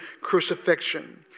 crucifixion